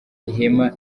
ihema